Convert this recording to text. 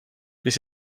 this